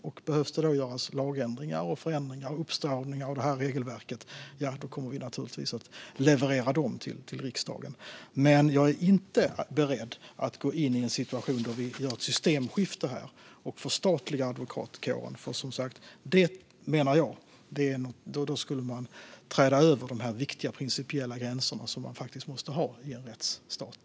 Om lagändringar och förändringar och uppstramningar av regelverket behöver göras kommer vi naturligtvis att leverera dem till riksdagen. Men jag är inte beredd att gå in i en situation där vi gör ett systemskifte och förstatligar advokatkåren. Då, menar jag, skulle man träda över de viktiga principiella gränser som man måste ha i en rättsstat.